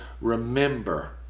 remember